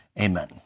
Amen